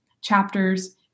chapters